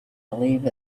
believe